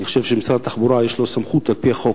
אני חושב שמשרד התחבורה יש לו סמכות, על-פי החוק,